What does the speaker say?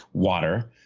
water.